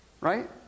Right